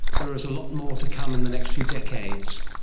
there is a lot more to come in the next few decades.